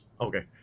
Okay